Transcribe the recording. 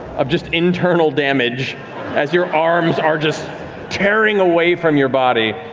of just internal damage as your arms are just tearing away from your body.